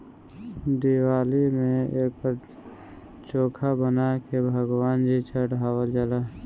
दिवाली में एकर चोखा बना के भगवान जी चढ़ावल जाला